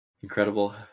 incredible